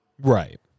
right